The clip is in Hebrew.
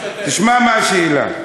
תשמע מה השאלה,